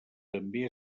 també